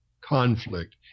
conflict